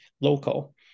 local